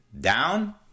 down